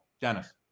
Dennis